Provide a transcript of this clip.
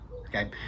okay